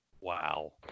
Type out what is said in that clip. Wow